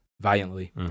valiantly